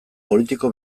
politiko